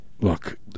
look